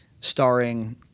starring